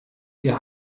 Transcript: ihr